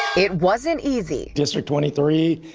it wasn't easy district twenty three,